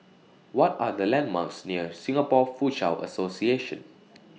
What Are The landmarks near Singapore Foochow Association